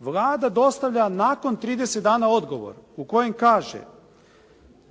Vlada dostavlja nakon 30 dana odgovor u kojem kaže